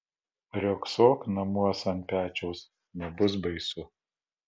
riogsok namuos ant pečiaus nebus baisu